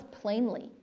plainly